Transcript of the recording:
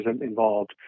involved